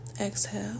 Exhale